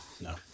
no